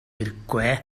хэрэггүй